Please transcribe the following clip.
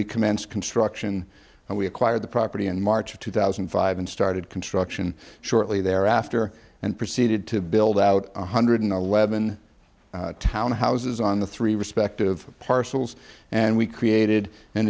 we commenced construction and we acquired the property in march of two thousand and five and started construction shortly thereafter and proceeded to build out one hundred and eleven dollars townhouses on the three respective parcels and we created an